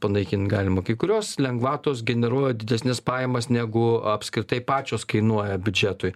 panaikint galima kai kurios lengvatos generuoja didesnes pajamas negu apskritai pačios kainuoja biudžetui